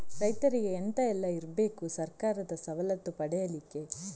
ರೈತರಿಗೆ ಎಂತ ಎಲ್ಲ ಇರ್ಬೇಕು ಸರ್ಕಾರದ ಸವಲತ್ತು ಪಡೆಯಲಿಕ್ಕೆ?